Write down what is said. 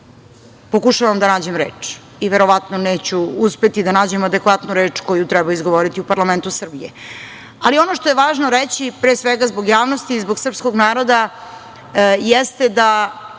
pokušavam da nađem reč, i verovatno neću uspeti da nađem adekvatnu reč koju treba izgovoriti u parlamentu Srbije, ali ono što je važno reći pre svega zbog javnosti i zbog srpskog naroda jeste da